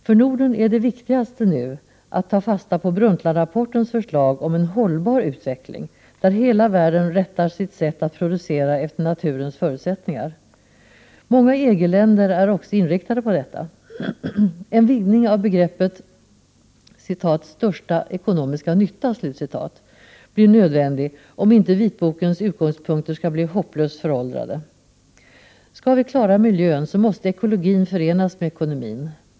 För Norden är den viktigaste uppgiften nu att ta fasta på Brundtlandsrapportens förslag om en hållbar utveckling, där hela världen rättar sitt sätt att producera efter naturens förutsättningar. Många EG-länder är också inriktade på detta. En vidgning av begreppet ”största ekonomiska nytta” blir nödvändig om inte vitbokens utgångspunkter skall bli hopplöst föråldrade. Skall vi klara miljön måste ekologin förenas med ekonomin.